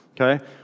okay